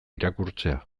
irakurtzea